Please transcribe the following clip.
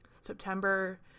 september